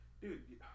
dude